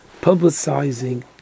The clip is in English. publicizing